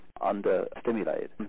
under-stimulated